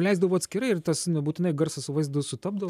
leisdavo atskirai ir tas nebūtinai garsas su vaizdu sutapdavo